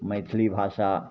मैथिली भाषा